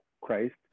christ